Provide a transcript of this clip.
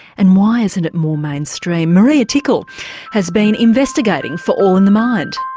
and why isn't it more mainstream? maria tickle has been investigating for all in the mind.